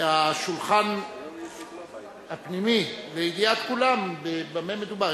לידיעת השולחן הפנימי, לידיעת כולם, במה מדובר.